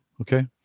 Okay